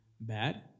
bad